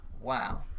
wow